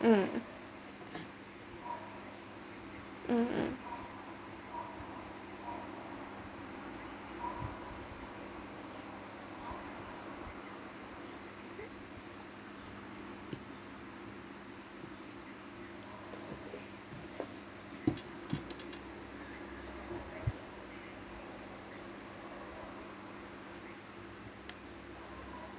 um um